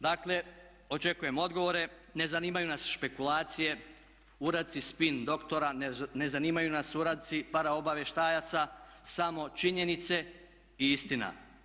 Dakle, očekujem odgovore, ne zanimaju nas špekulacije, uradci spin doktora, ne zanimaju nas uradci paralaobavještajaca, samo činjenice i istina.